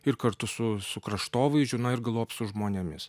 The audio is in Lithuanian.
ir kartu su su kraštovaizdžiu na ir galop su žmonėmis